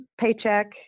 paycheck